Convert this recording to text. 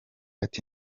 ati